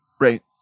Right